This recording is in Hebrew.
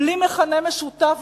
בלי מכנה משותף.